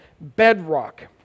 bedrock